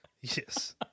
Yes